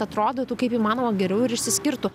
atrodytų kaip įmanoma geriau ir išsiskirtų